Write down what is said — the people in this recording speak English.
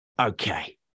Okay